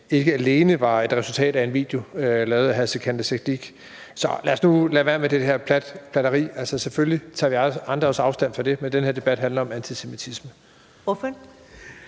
ikke alene var et resultat af en video lavet af hr. Sikandar Siddique. Så lad os nu lade være med at være platte. Selvfølgelig tager vi andre også afstand fra det, men den her debat handler om antisemitisme.